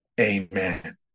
Amen